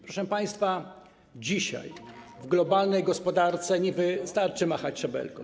Proszę państwa, dzisiaj w globalnej gospodarce nie wystarczy machać szabelką.